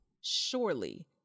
surely